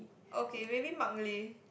okay maybe Mark-Lee